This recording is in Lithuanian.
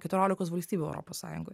keturiolikos valstybių europos sąjungoj